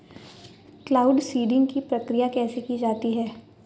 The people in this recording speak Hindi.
क्लाउड सीडिंग की प्रक्रिया कैसे की जाती है?